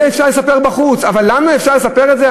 את זה אפשר לספר בחוץ, אבל לנו אפשר לספר את זה?